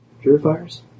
purifiers